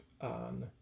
on